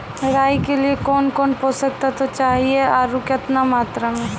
राई के लिए कौन कौन पोसक तत्व चाहिए आरु केतना मात्रा मे?